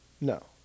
No